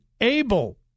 able